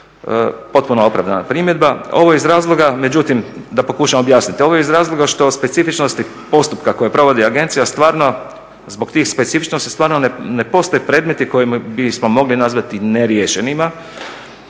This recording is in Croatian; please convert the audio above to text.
Potpuno opravdana primjedba. Međutim da pokušam objasniti, ovo je iz razloga što specifičnosti postupka koje provodi agencija zbog tih specifičnosti stvarno ne postoje predmeti koje bismo mogli nazvati neriješenima